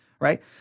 right